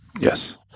Yes